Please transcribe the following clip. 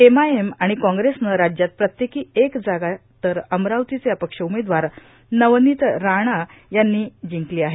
M I M आर्गाण काँग्रेसनं राज्यात प्रत्येकां एक जागा तर अमरावतीचे अपक्ष उमेदवार नवनीत राणा यांनी जिंकलो आहे